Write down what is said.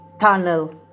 tunnel